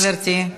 גברתי.